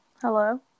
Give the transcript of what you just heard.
hello